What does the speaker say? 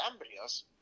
embryos